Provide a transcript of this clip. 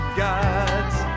gods